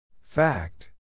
Fact